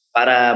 Para